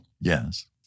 Yes